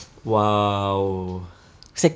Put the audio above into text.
!wow!